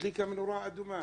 הדליקה נורה אדומה.